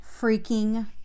freaking